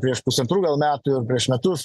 prieš pusantrų metų prieš metus